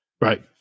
Right